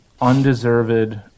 undeserved